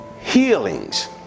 healings